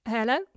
Hello